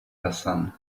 hassan